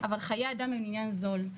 אבל חיי אדם הם עניין זול.